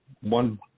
one